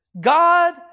God